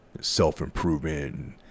self-improvement